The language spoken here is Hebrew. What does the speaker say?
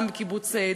גם בקיבוץ דפנה,